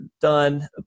done